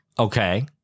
Okay